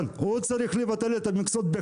כן, צריך לבטל בכלל את המכסות.